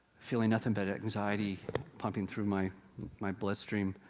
feeling nothing but anxiety pumping through my my bloodstream,